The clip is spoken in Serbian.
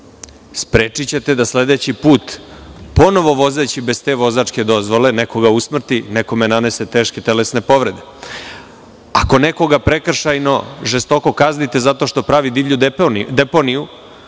sprečićete da sledeći put ponovo vozeći bez te vozačke dozvole nekoga usmrti, nekome nanese teške telesne povrede. Ako nekoga prekršajno žestoko kaznite zato što pravi divlju deponiju,